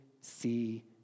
see